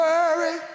Worry